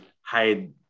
hide